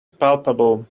palpable